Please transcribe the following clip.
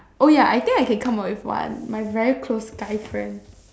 oh ya I think I can come up with one my very close guy friend